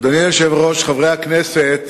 אדוני היושב-ראש, חברי הכנסת,